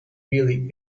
really